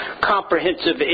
comprehensive